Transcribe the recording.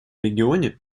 регионе